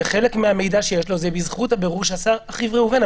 וחלק מהמידע שיש לו זה בזכות הבירור שעשה אחיו ראובן.